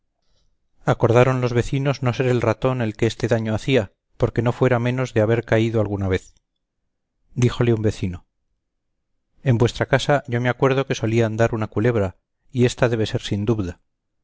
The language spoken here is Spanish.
acordaron los vecinos no ser el ratón el que este daño hacía porque no fuera menos de haber caído alguna vez díjole un vecino en vuestra casa yo me acuerdo que solía andar una culebra y ésta debe ser sin dubda